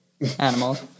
animals